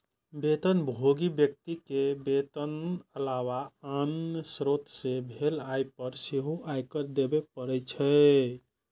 वेतनभोगी व्यक्ति कें वेतनक अलावा आन स्रोत सं भेल आय पर सेहो आयकर देबे पड़ै छै